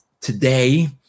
today